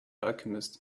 alchemist